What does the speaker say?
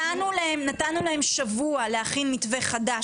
נתנו להם שבוע להכין מתווה חדש,